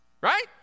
Right